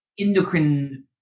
endocrine